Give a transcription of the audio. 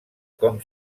com